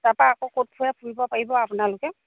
তাৰপৰা আকৌ ক'ত ফুৰে ফুুৰিব পাৰিব আপোনালোকে